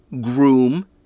groom